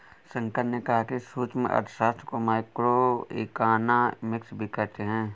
शंकर ने कहा कि सूक्ष्म अर्थशास्त्र को माइक्रोइकॉनॉमिक्स भी कहते हैं